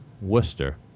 Worcester